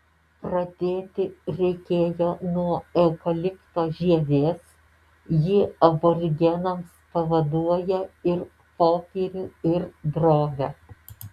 pradėti reikėjo nuo eukalipto žievės ji aborigenams pavaduoja ir popierių ir drobę